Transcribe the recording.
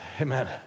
amen